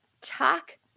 talk